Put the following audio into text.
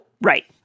Right